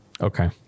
Okay